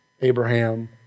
Abraham